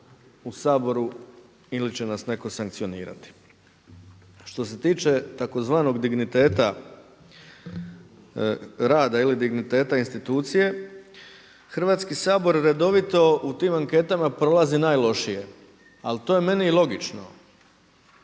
Hrvatski sabor redovito u tim anketama prolazi najlošije ali to je meni i logično.